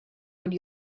would